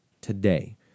today